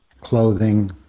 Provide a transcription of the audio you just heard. clothing